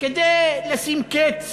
כדי לשים קץ